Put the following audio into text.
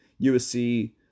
USC